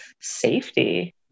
safety